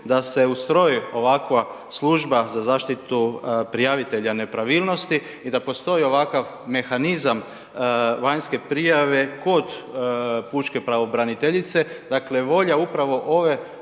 da se ustroji ovakva služba za zaštitu prijavitelja nepravilnosti i da postoji ovakav mehanizam vanjske prijave kod pučke pravobraniteljice, dakle volja upravo ove